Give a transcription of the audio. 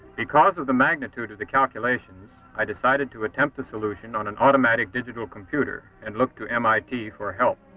because of the magnitude of the calculations, i decided to attempt a solution on an automatic digital computer and look to mit for help.